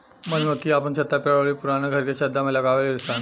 मधुमक्खी आपन छत्ता पेड़ अउरी पुराना घर के छज्जा में लगावे लिसन